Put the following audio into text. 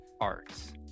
arts